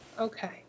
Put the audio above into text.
Okay